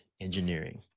engineering